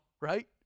right